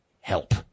help